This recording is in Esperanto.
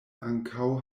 ankaŭ